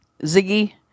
Ziggy